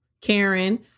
Karen